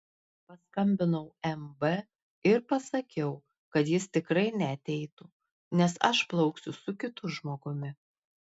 paskambinau mb ir pasakiau kad jis tikrai neateitų nes aš plauksiu su kitu žmogumi